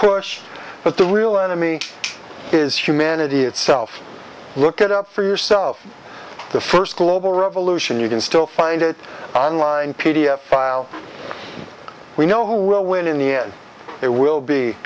push but the real enemy is humanity itself look it up for yourself the first global revolution you can still find it online p d f file we know who will win in the end it will be